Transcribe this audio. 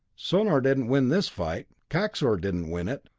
sonor didn't win this fight. kaxor didn't win it.